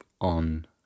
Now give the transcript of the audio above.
on